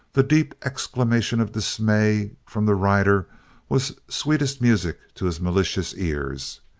the deep exclamation of dismay from the rider was sweetest music to his malicious ears,